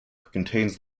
contains